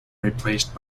replaced